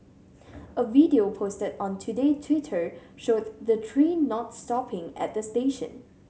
a video posted on Today Twitter showed the train not stopping at the station